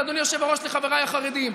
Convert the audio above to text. משפט אחרון, אדוני היושב-ראש, לחבריי החרדים.